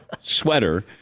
sweater